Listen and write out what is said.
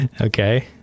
Okay